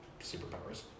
superpowers